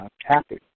happy